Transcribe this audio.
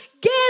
give